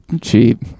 cheap